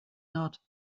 not